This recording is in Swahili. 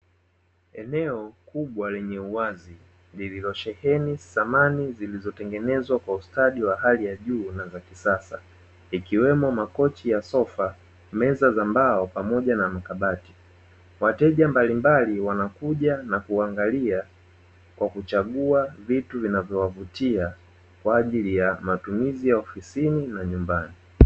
Eneo kubwa lenye uwazi lililosheheni samani zilizotengenezwa kwa ustadi wa hali ya juu na za kisasa ikiwemo makochi ya sofa, meza za mbao pamoja na makabati, wateja mbalimbali wanakuja na kuangalia kwa kuchagua vitu vinavyowavutia kwa ajili ya matumizi ya ofisini na nyumbani.